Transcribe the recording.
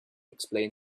explain